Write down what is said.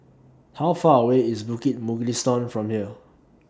How Far away IS Bukit Mugliston from here